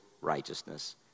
righteousness